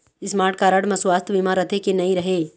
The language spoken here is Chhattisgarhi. स्मार्ट कारड म सुवास्थ बीमा रथे की नई रहे?